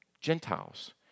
Gentiles